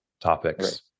topics